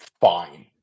fine